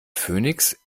phönix